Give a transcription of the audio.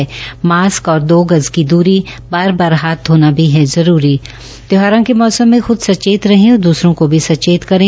याद रखें मास्क और दो गज की दूरी बार बार हाथ धोना भी है जरूरी त्यौहारों के मौसम में खुद सचेत रहे और दूसरों को भी सचेत करें